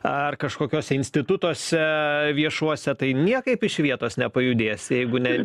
ar kažkokiose institutuose viešuose tai niekaip iš vietos nepajudėsi jeigu ne